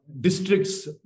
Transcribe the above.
districts